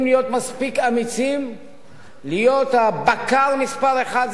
להיות מספיק אמיצים להיות הבקר מספר אחת,